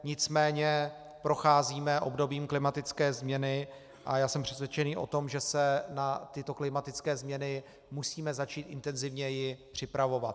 Nicméně procházíme obdobím klimatické změny a jsem přesvědčený o tom, že se na tyto klimatické změny musíme začít intenzivněji připravovat.